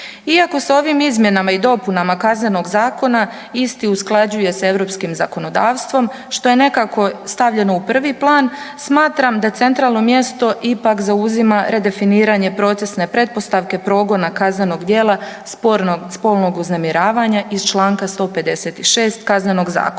Iako se ovim izmjenama i dopuna KZ-a isti usklađuje sa europskim zakonodavstvom što je nekako stavljeno u prvi plan, smatram da centralno mjesto ipak zauzima redefiniranje procesne pretpostavke progona kaznenog djela spolnog uznemiravanja iz čl. 156. KZ-a